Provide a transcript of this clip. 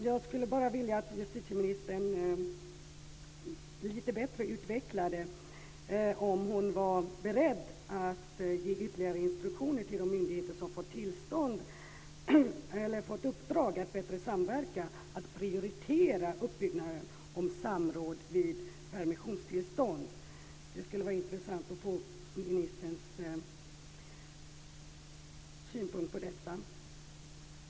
Jag skulle bara vilja att justitieministern lite bättre utvecklade om hon är beredd att ge ytterligare instruktioner till de myndigheter som fått i uppdrag att samverka bättre att prioritera uppbyggnaden av samråd vid permissionstillstånd. Det skulle vara intressant att få ministerns synpunkt på detta.